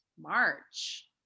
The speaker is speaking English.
March